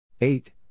eight